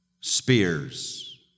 spears